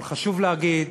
אבל חשוב להגיד